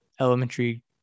elementary